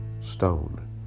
stone